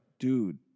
dude